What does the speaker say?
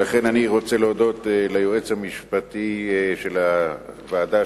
לכן אני רוצה להודות ליועץ המשפטי של הוועדה,